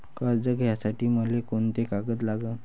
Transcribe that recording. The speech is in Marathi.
कर्ज घ्यासाठी मले कोंते कागद लागन?